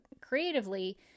creatively